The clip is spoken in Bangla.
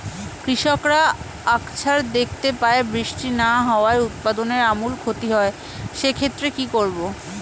কৃষকরা আকছার দেখতে পায় বৃষ্টি না হওয়ায় উৎপাদনের আমূল ক্ষতি হয়, সে ক্ষেত্রে কি করব?